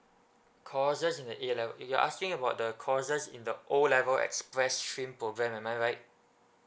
courses in the A level you're asking about the courses in the O level express stream programme am I right